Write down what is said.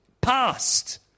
Past